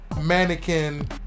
mannequin